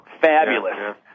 fabulous